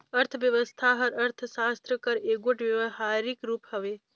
अर्थबेवस्था हर अर्थसास्त्र कर एगोट बेवहारिक रूप हवे